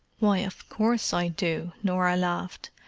why, of course i do, norah laughed.